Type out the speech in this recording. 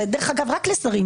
דרך אגב זה רק לשרים,